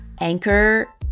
Anchor